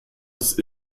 des